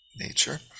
nature